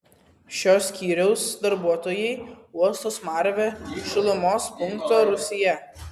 šio skyriaus darbuotojai uosto smarvę šilumos punkto rūsyje